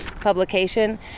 publication